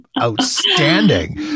outstanding